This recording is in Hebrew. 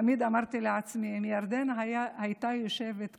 תמיד אמרתי לעצמי: אם ירדנה הייתה יושבת כאן,